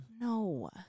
No